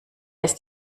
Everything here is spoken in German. ist